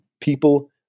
people